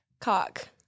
Cock